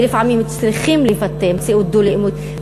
ולפעמים צריכים לבטא מציאות דו-לאומית,